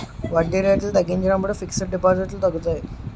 వడ్డీ రేట్లు తగ్గించినప్పుడు ఫిక్స్ డిపాజిట్లు తగ్గుతాయి